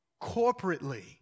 Corporately